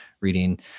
reading